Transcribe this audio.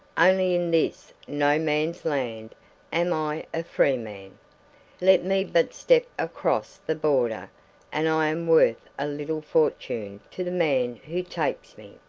only in this no-man's land am i a free man let me but step across the border and i am worth a little fortune to the man who takes me.